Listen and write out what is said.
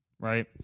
right